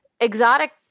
exotic